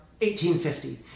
1850